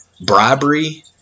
bribery